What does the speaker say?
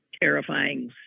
terrifying